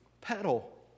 Pedal